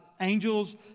angels